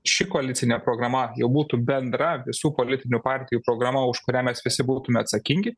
ši koalicinė programa jau būtų bendra visų politinių partijų programa už kurią mes visi būtumėme atsakingi